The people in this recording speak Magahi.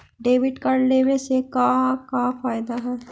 डेबिट कार्ड लेवे से का का फायदा है?